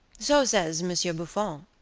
so says monsieur buffon,